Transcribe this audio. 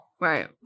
Right